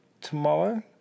tomorrow